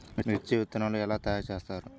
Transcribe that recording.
మిర్చి విత్తనాలు ఎలా తయారు చేస్తారు?